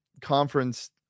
conference